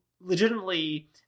legitimately